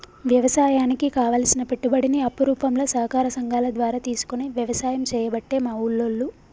వ్యవసాయానికి కావలసిన పెట్టుబడిని అప్పు రూపంల సహకార సంగాల ద్వారా తీసుకొని వ్యసాయం చేయబట్టే మా ఉల్లోళ్ళు